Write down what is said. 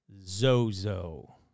Zozo